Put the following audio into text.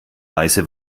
weiße